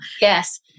Yes